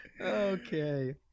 Okay